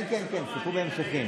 כן, כן, סיפור בהמשכים.